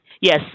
Yes